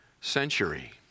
century